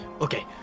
Okay